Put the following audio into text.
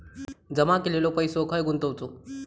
जमा केलेलो पैसो खय गुंतवायचो?